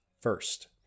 first